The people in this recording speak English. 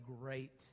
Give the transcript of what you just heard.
great